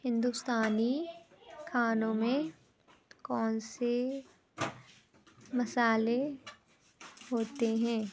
ہندوستانی کھانوں میں کون سے مصالحے ہوتے ہیں